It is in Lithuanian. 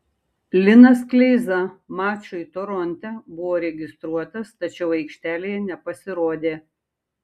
linas kleiza mačui toronte buvo registruotas tačiau aikštelėje nepasirodė